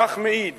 כך מעיד